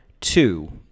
two